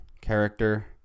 character